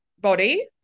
body